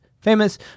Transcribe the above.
famous